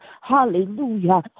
Hallelujah